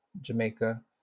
Jamaica